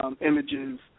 images